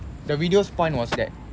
the video's point was that